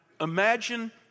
Imagine